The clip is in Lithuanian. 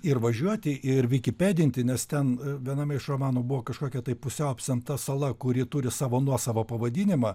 ir važiuoti ir vikipedinti nes ten viename iš romanų buvo kažkokia tai pusiau apsemta sala kuri turi savo nuosavą pavadinimą